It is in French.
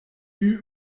eut